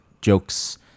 jokes